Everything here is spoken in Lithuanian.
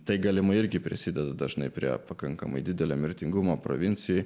tai galima irgi prisideda dažnai prie pakankamai didelio mirtingumo provincijai